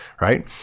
right